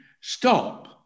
stop